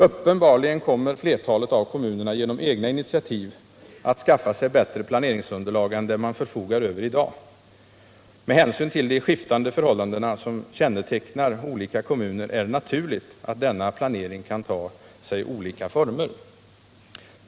Uppenbarligen kommer flertalet av kommunerna genom egna initiativ att skaffa sig bättre planeringsunderlag än det man förfogar över i dag. Med hänsyn till de skiftande förhållanden som kännetecknar olika kommuner är det naturligt att denna planering kan ta sig olika former.